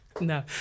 No